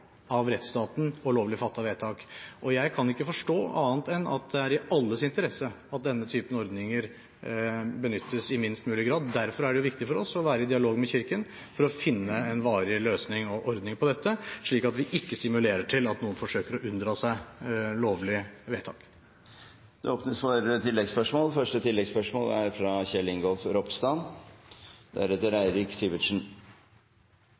av rettsstaten og lovlig fattede vedtak. Jeg kan ikke forstå annet enn at det er i alles interesse at denne typen ordninger benyttes i minst mulig grad. Derfor er det viktig for oss å være i dialog med Kirken for å finne en varig løsning og ordning på dette, slik at vi ikke stimulerer til at noen forsøker å unndra seg lovlige vedtak. Det åpnes for oppfølgingsspørsmål – først Kjell Ingolf Ropstad.